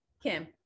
Kim